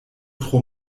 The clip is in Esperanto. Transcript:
tro